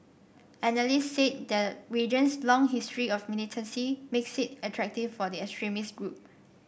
analysts said the region's long history of militancy makes it attractive for the extremist group